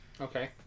Okay